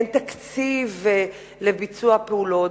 אין תקציב לביצוע הפעולות.